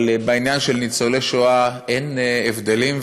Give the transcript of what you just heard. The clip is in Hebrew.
אבל בעניין של ניצולי שואה אין הבדלים.